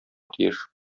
тиеш